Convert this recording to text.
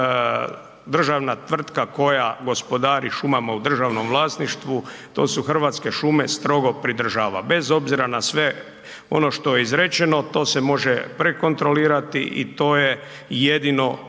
se državna tvrtka koja gospodari šumama u državnom vlasništvu, to su Hrvatske šume, strogo pridržava bez obzira na sve ono što je izrečeno, to se može prekontrolirati i to je jedino